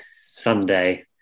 sunday